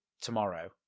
tomorrow